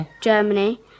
Germany